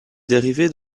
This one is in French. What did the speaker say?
dérivés